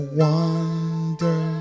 wonder